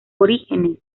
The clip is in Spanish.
orígenes